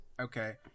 Okay